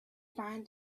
find